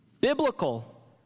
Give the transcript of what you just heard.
Biblical